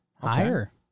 Higher